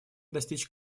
достичь